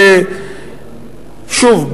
שוב,